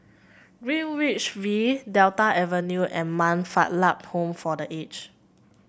Greenwich V Delta Avenue and Man Fatt Lam Home for The Aged